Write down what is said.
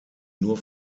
nur